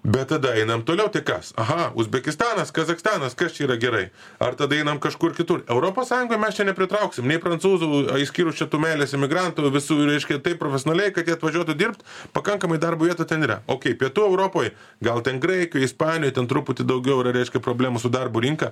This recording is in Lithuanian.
bet tada einam toliau tai kas aha uzbekistanas kazachstanas kas čia yra gerai ar tada einam kažkur kitur europos sąjungoj mes čia nepritrauksim nei prancūzų išskyrus čia tų meilės imigrantų visų ir reiškia taip profesionaliai kad jie atvažiuotų dirbt pakankamai darbo vietų ten yra o pietų europoj gal ten graikijoj ispanijoj ten truputį daugiau yra reiškia problemų su darbo rinka